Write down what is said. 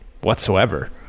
whatsoever